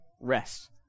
rest